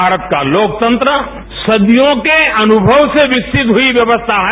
भारत का लोकतंत्र सदियों के अनुमवसे विकसित हुई व्यवस्था है